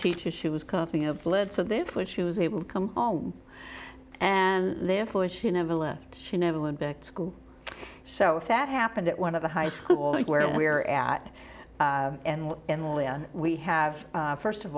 teacher she was coughing up blood so therefore she was able to come home and therefore she never left she never went back to school so if that happened at one of the high school where we are at and what we have first of